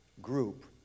group